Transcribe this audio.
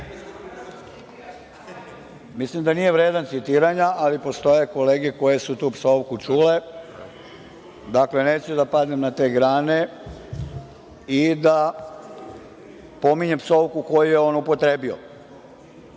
Mislim da nije vredan citiranja, ali postoje kolege koje su tu psovku čule. Dakle, neću da padnem na te grane i da pominjem psovku koju je on upotrebio. Njihovo